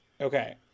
Okay